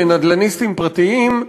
לנדל"ניסטים פרטיים,